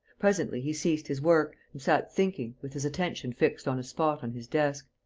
presently he ceased his work and sat thinking, with his attention fixed on a spot on his desk.